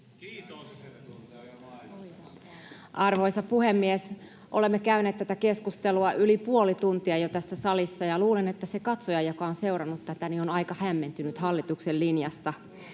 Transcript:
Content: Arvoisa puhemies! Olemme käyneet tätä keskustelua jo yli puoli tuntia tässä salissa, ja luulen, että se katsoja, joka on seurannut tätä, on aika hämmentynyt hallituksen linjasta.